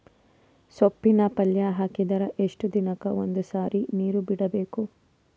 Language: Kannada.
ಸೊಪ್ಪಿನ ಪಲ್ಯ ಹಾಕಿದರ ಎಷ್ಟು ದಿನಕ್ಕ ಒಂದ್ಸರಿ ನೀರು ಬಿಡಬೇಕು?